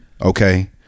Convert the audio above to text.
Okay